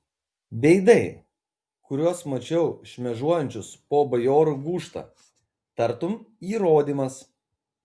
veidai kuriuos mačiau šmėžuojančius po bajorų gūžtą tartum įrodymas